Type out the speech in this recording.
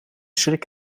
schrik